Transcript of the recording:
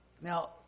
Now